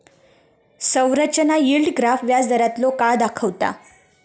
संरचना yield graph व्याजदारांतलो काळ दाखवता